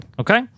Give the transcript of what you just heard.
okay